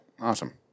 Awesome